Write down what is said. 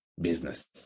business